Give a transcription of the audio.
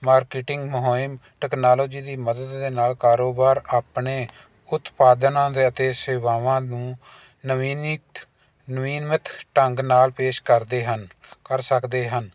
marketing ਮੁਹਿੰਮ technology ਦੀ ਮਦਦ ਦੇ ਨਾਲ ਕਾਰੋਬਾਰ ਆਪਣੇ ਉਤਪਾਦਨਾਂ ਦੇ ਅਤੇ ਸੇਵਾਵਾਂ ਨੂੰ ਨਵੀਨਿਤ ਨਵੀਨ ਮਤ ਢੰਗ ਨਾਲ ਪੇਸ਼ ਕਰਦੇ ਹਨ ਕਰ ਸਕਦੇ ਹਨ